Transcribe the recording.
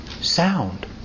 sound